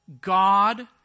God